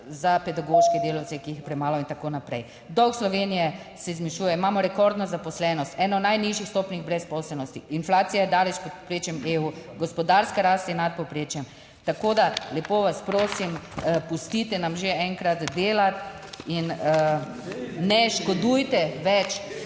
za pedagoške delavce, ki jih je premalo in tako naprej. Dolg Slovenije se zmanjšuje, imamo rekordno zaposlenost, eno najnižjih stopenj brezposelnosti, inflacija je daleč pod povprečjem EU, gospodarska rast je nad povprečjem. Tako, da lepo vas prosim, pustite nam že enkrat delati in ne / nemir v